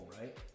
right